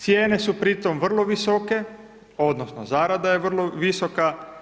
Cijene su pritom vrlo visoke, odnosno, zarada je vrlo visoka.